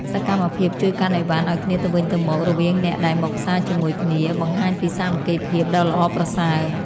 សកម្មភាពជួយកាន់ឥវ៉ាន់ឱ្យគ្នាទៅវិញទៅមករវាងអ្នកដែលមកផ្សារជាមួយគ្នាបង្ហាញពីសាមគ្គីភាពដ៏ល្អប្រសើរ។